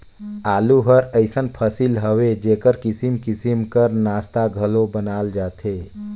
आलू हर अइसन फसिल हवे जेकर किसिम किसिम कर नास्ता घलो बनाल जाथे